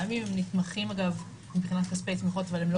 גם אם נתמכים מבחינה כספית אבל הם לא